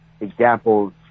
examples